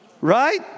right